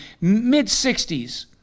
mid-60s